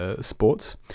sports